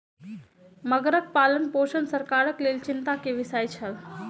मगरक पालनपोषण सरकारक लेल चिंता के विषय छल